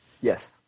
Yes